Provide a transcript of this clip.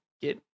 get